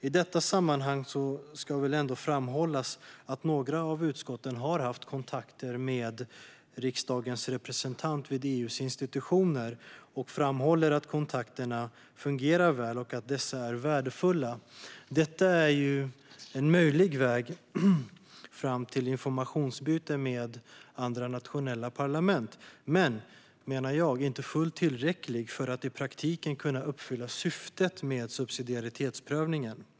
I detta sammanhang ska ändå framhållas att några av utskotten har haft kontakter med riksdagens representant vid EU:s institutioner och framhåller att kontakterna fungerar väl och är värdefulla. Detta är en möjlig väg till informationsutbyte med andra nationella parlament men, menar jag, inte fullt tillräckligt för att i praktiken kunna uppfylla syftet med subsidiaritetsprövningen.